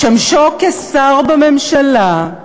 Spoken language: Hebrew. בשמשו כשר בממשלה,